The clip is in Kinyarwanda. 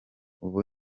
ubu